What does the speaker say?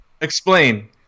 Explain